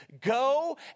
go